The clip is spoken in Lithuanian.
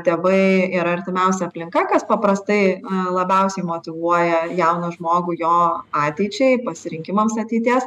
tėvai ir artimiausia aplinka kas paprastai labiausiai motyvuoja jauną žmogų jo ateičiai pasirinkimams ateities